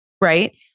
right